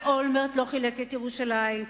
ואולמרט לא חילק את ירושלים,